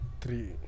Three